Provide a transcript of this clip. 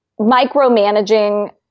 micromanaging